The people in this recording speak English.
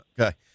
Okay